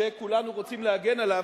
שכולנו רוצים להגן עליו,